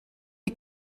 die